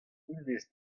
honnezh